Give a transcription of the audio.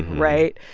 right?